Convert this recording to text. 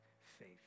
faith